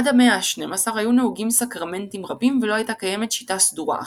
עד המאה ה-12 היו נהוגים סקרמנטים רבים ולא הייתה קיימת שיטה סדורה אחת.